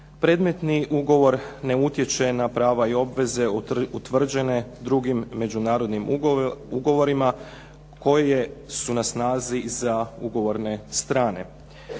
Predmetni ugovor ne utječe na prava i obveze utvrđene drugim međunarodnim ugovorima koje su na snazi za ugovorne strane.